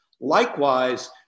Likewise